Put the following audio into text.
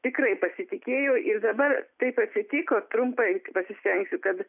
tikrai pasitikėjau ir dabar taip atsitiko trumpai pasisėjusi kad